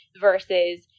versus